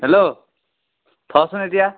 hello থ'চোন এতিয়া